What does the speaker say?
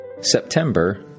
September